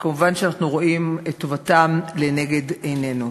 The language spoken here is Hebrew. ומובן שאנחנו רואים את טובתם לנגד עינינו.